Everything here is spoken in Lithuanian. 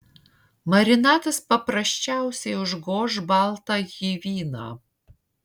marinatas paprasčiausiai užgoš baltąjį vyną